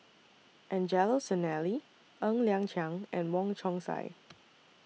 Angelo Sanelli Ng Liang Chiang and Wong Chong Sai